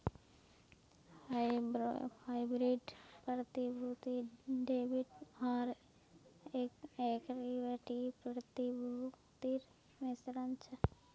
hybrid प्रतिभूति debit आर equity प्रतिभूतिर मिश्रण छ